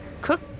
cook